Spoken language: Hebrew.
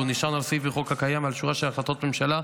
והוא נשען על סעיף בחוק קיים ועל שורה של החלטות ממשלה,